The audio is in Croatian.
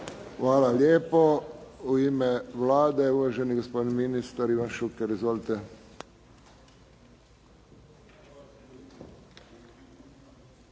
Hvala lijepo. U ime Vlade uvaženi gospodin ministar Ivan Šuker. Izvolite.